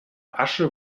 asche